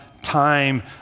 Time